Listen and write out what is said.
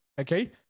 okay